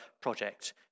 project